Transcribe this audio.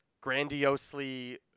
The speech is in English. grandiosely